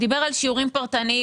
דיבר על שיעורים פרטניים.